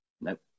Nope